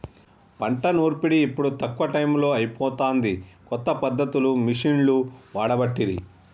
పంట నూర్పిడి ఇప్పుడు తక్కువ టైములో అయిపోతాంది, కొత్త పద్ధతులు మిషిండ్లు వాడబట్టిరి